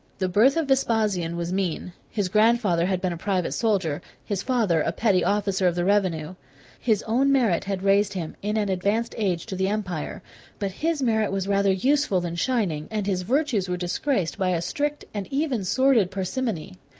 the birth of vespasian was mean his grandfather had been a private soldier, his father a petty officer of the revenue his own merit had raised him, in an advanced age, to the empire but his merit was rather useful than shining, and his virtues were disgraced by a strict and even sordid parsimony.